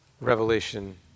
Revelation